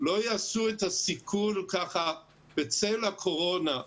לא יעשו את הסיכול ככה בצל הקורונה.